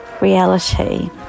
reality